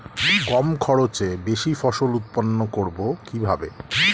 কম খরচে বেশি ফসল উৎপন্ন করব কিভাবে?